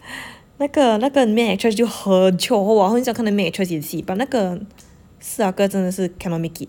那个那个 main actress 就很 chio !wah! 我很喜欢看那个 main actress 演戏 but 那个四阿哥真的是 cannot make it